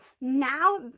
now